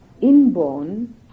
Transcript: inborn